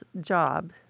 job